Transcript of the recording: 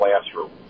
classroom